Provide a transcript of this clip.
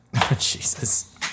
Jesus